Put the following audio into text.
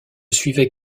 suivait